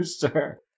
sure